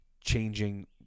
changing